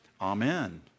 Amen